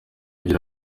igira